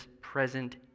present